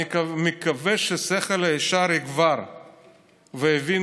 אני מקווה שהשכל הישר יגבר ויבינו,